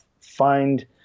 find